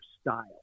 style